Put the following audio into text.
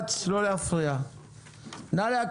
אדוני היושב ראש,